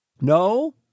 No